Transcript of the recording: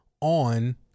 on